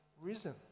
risen